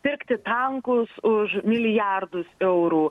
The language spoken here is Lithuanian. pirkti tankus už milijardus eurų